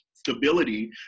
stability